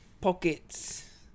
pockets